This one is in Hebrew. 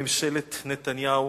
ממשלת נתניהו.